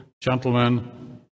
gentlemen